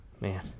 Man